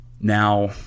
Now